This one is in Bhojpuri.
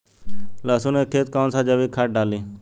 लहसुन के खेत कौन सा जैविक खाद डाली?